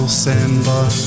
sandbar